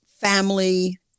family